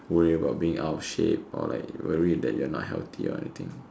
worry about being out shape or like worry that you're not healthy or anything